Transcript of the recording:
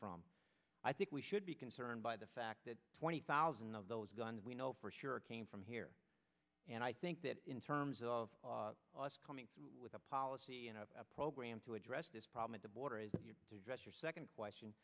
from i think we should be concerned by the fact that twenty thousand of those guns we know for sure came from here and i think that in terms of us coming through with a policy and a program to address this problem at the border is to address your second question